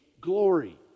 glory